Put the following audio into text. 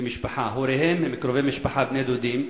הוריהם הם קרובי משפחה, בני-דודים,